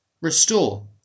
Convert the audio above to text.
restore